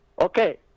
okay